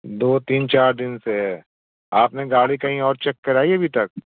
दो तीन चार दिन से है आपने गाड़ी कहीं और चेक कराई है अभी तक